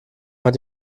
hat